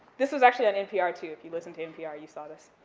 this was actually on npr, too, if you listen to npr, you saw this.